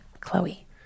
Chloe